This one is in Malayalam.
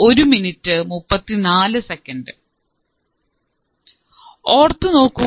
ഇന്റഗ്രേറ്റർ ഓർത്തുനോക്കൂ